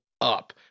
up